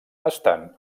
estan